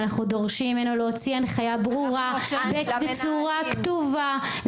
ואנחנו דורשים ממנו להוציא הנחיה ברורה בצורה כתובה,